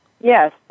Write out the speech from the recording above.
Yes